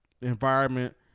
environment